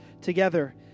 together